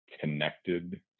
connected